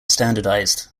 standardized